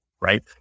right